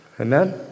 Amen